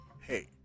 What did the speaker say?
hey